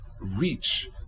reach